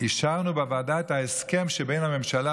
אישרנו בוועדה את ההסכם שבין הממשלה